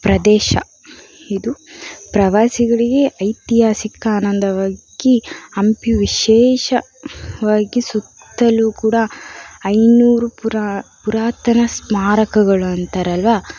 ಪ್ರದೇಶ ಇದು ಪ್ರವಾಸಿಗಳಿಗೆ ಐತಿಹಾಸಿಕ ಆನಂದವಾಗಿ ಹಂಪಿ ವಿಶೇಷವಾಗಿ ಸುತ್ತಲೂ ಕೂಡ ಐನೂರು ಪುರಾ ಪುರಾತನ ಸ್ಮಾರಕಗಳು ಅಂತಾರಲ್ವಾ